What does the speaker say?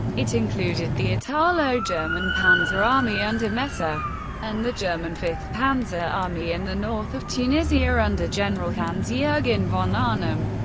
it included the italo-german panzer army under messe ah and the german fifth panzer army in the north of tunisia tunisia under general hans-jurgen von arnim.